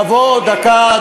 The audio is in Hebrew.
דקה,